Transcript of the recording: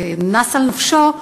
נס על נפשו,